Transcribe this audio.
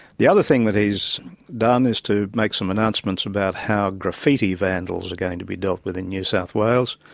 the other thing that he's done is to make some announcements about how graffiti vandals are going to be dealt with in new south wales.